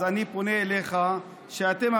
אז אני פונה אליך: שאתם,